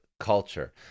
culture